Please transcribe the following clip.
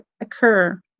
occur